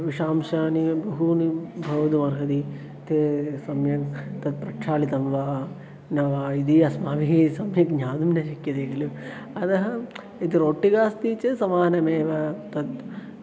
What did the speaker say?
विषांशानि बहूनि भवितुमर्हति ते सम्यक् तत् प्रक्षालितं वा न वा इति अस्माभिः सम्यक् ज्ञातुं न शक्यते खलु अधः यदि रोट्टिका अस्ति चेत् समानमेव तत्